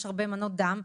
יש הרבה מנות דם,